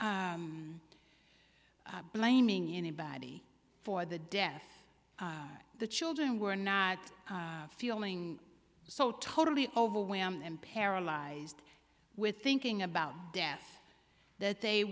blaming anybody for the death the children were not feeling so totally overwhelmed and paralyzed with thinking about death that they